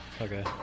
Okay